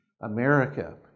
America